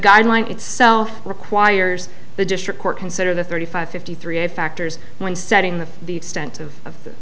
guideline itself requires the district court consider the thirty five fifty three factors when setting the the extent of